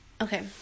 Okay